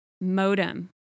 Modem